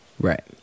Right